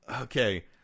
okay